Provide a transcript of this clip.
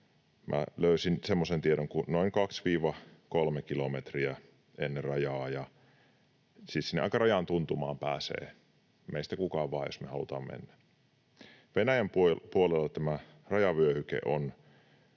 löysin semmoisen tiedon kuin noin 2—3 kilometriä ennen rajaa. Siis sinne aika rajan tuntumaan pääsee meistä kuka vaan, jos me halutaan mennä. Venäjän puolella tämä rajavyöhyke on